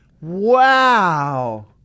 Wow